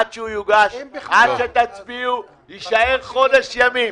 עד שתצביעו, יישאר חודש ימים.